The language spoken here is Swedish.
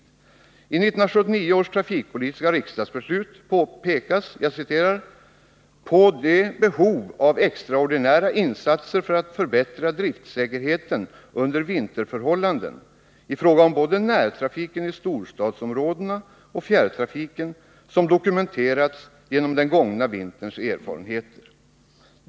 I 1979 års trafikpolitiska riksdagsbeslut pekas ”på det behov av extraordinära insatser för att förbättra driftsäkerheten under vinterförhållanden — i fråga om både närtrafiken i storstadsområdena och fjärrtrafiken — som dokumenterats genom den gångna vinterns erfarenheter.